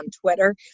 Twitter